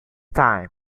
time